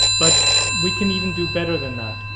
but we can even do better than that.